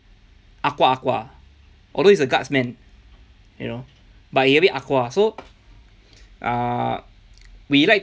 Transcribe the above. ah gua ahg ua although it's a guardsman you know but he a bit ah gua so ah we like